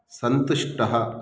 सन्तुष्टः